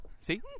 see